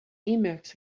emacs